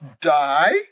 die